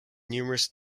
numerous